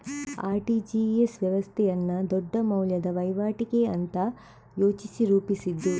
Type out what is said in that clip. RTGS ವ್ಯವಸ್ಥೆಯನ್ನ ದೊಡ್ಡ ಮೌಲ್ಯದ ವೈವಾಟಿಗೆ ಅಂತ ಯೋಚಿಸಿ ರೂಪಿಸಿದ್ದು